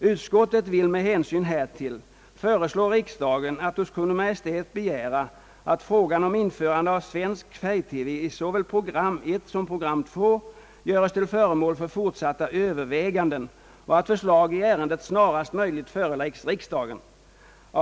Utskottet vill med hänsyn härtill föreslå riksdagen att hos Kungl. Maj:t begära att frågan om införande av svensk färg-TV i såväl program 1 som Pprogram 2 göres till föremål för fortsatta överväganden och att förslag i ärendet snarast möjligt föreläggs riksdagen.